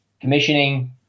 commissioning